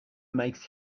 makes